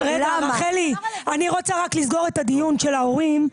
רחלי, אני רוצה רק לסגור את הדיון של ההורים.